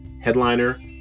Headliner